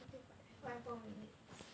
fifty five five more minutes